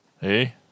Hey